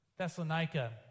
Thessalonica